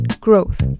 Growth